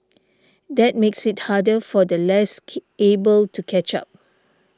that makes it harder for the less able to catch up